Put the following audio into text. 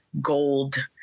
gold